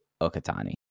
Okatani